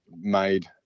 made